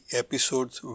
episode's